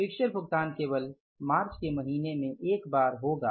fixture भुगतान केवल मार्च के महीने में एक बार होगा